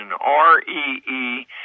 R-E-E